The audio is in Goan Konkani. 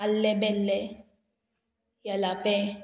आल्ले बेल्ले येलापे